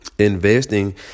Investing